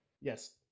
Yes